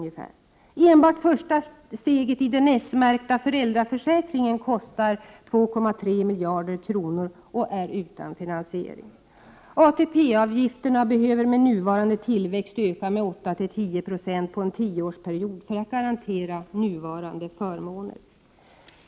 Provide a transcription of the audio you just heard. Enbart första steget i den s-märkta föräldraförsäkringen kostar 2, 3 miljarder kronor — finansiering saknas. ATP-avgifterna behöver med nuvarande tillväxt öka med 8-10 96 under en tioårsperiod för att garantera nuvarande förmåner.